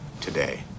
today